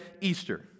Easter